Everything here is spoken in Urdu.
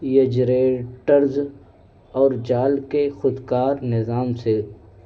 ایجریٹرز اور جال کے خودکار نظام سے